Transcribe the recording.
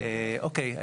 אוקיי.